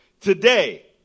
Today